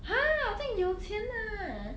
!huh! 这样有钱 ah